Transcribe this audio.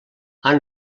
han